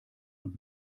und